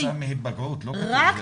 זה כתוצאה מהיפגעות, לא מוות טבעי.